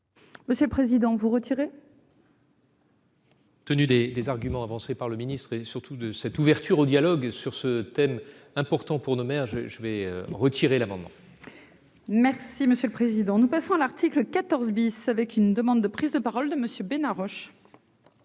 Monsieur le président vous retirer. Tenu des des arguments avancés par le ministre et surtout de cette ouverture au dialogue sur ce thème important pour le maire, je je vais retirer l'amendement. Merci monsieur le président, nous passons à l'article 14 bis, avec une demande de prise de parole de monsieur Bena Roche.